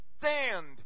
stand